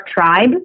tribe